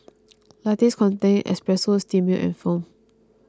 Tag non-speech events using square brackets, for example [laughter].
[noise] lattes contain espresso steamed milk and foam